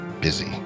busy